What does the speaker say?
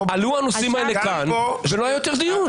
עלו הנושאים האלה כאן ולא היה יותר דיון.